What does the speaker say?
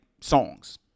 songs